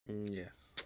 Yes